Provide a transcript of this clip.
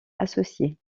associé